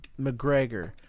mcgregor